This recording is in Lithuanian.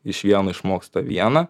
iš vieno išmoksta vieną